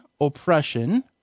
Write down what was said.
oppression